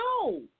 No